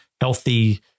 healthy